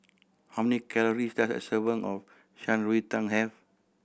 how many calories does a serving of Shan Rui Tang have